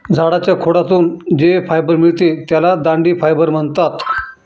झाडाच्या खोडातून जे फायबर मिळते त्याला दांडी फायबर म्हणतात